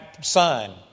son